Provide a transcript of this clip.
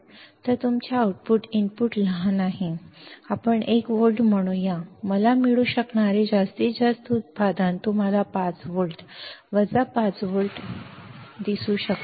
तर तुमचे output input लहान आहे आपण 1 व्होल्ट म्हणूया मला मिळू शकणारे जास्तीत जास्त उत्पादन तुम्हाला 5 व्होल्ट वजा 5 व्होल्ट दिसू शकते